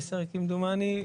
ב-2010 כמדומני.